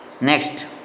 Next